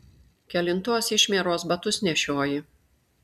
kelintos išmieros batus nešioji